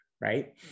right